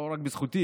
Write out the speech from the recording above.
לא רק בזכותי,